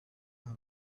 have